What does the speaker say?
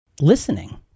Listening